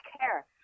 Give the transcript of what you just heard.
care